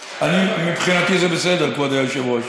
מצוין, מבחינתי זה בסדר, כבוד היושב-ראש.